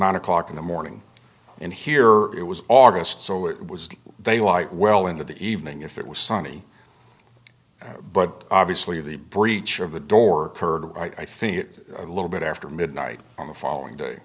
not o'clock in the morning and here it was august so it was they light well into the evening if it was sunny but obviously the breach of the door heard of i think it a little bit after midnight on the following day